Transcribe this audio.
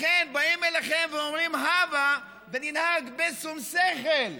לכן באים אליכם ואומרים: הבה וננהג בשום שכל.